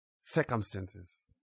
circumstances